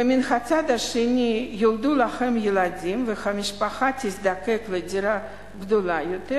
ומן הצד השני ייוולדו להם ילדים והמשפחה תזדקק לדירה גדולה יותר,